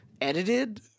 Edited